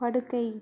படுக்கை